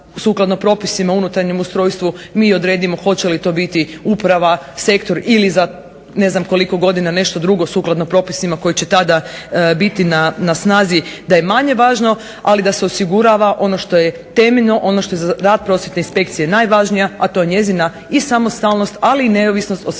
sukladno propisima unutarnjem ustrojstvu mi odredimo hoće li to biti uprava, sektor ili ne znam za nekoliko godina nešto drugo sukladno propisima koje će tada biti na snazi da je manje važno, ali da se osigurava ono što je temeljno, ono što za rad prosvjetne inspekcije najvažnije to je njezina samostalnost i neovisnost od svih